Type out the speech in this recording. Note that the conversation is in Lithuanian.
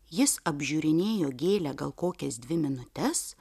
jis apžiūrinėjo gėlę gal kokias dvi minutes